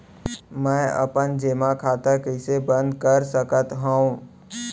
मै अपन जेमा खाता कइसे बन्द कर सकत हओं?